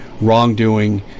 wrongdoing